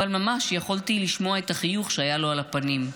אבל ממש יכולתי לשמוע את החיוך שהיה לו על הפנים.